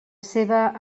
seva